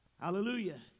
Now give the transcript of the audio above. Hallelujah